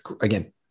again